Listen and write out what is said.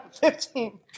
Fifteen